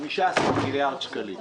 15 מיליארד שקלים לתחומי: